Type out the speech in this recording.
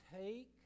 Take